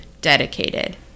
dedicated